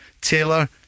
Taylor